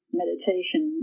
meditation